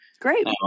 Great